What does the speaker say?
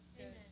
Amen